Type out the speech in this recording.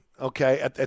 okay